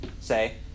say